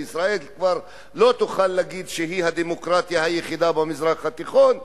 וישראל כבר לא תוכל לומר שהיא הדמוקרטיה היחידה במזרח התיכון.